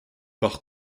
par